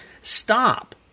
stop